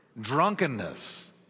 drunkenness